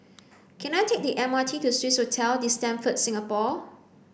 can I take the M R T to Swissotel The Stamford Singapore